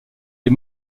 les